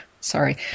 Sorry